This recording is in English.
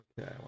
Okay